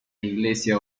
iglesia